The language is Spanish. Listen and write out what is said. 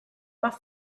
más